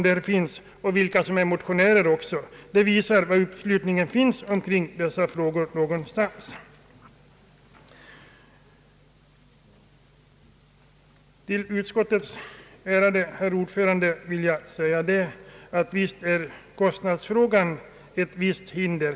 När man ser vilka som motionerat förstår man också av det, var uppslutningen kring dessa önskemål finns. Till utskottets ärade ordförande vill jag säga, att visst är kostnadsfrågan ett hinder.